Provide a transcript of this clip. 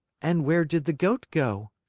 and where did the goat go?